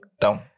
down